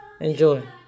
Enjoy